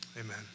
Amen